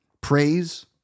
praise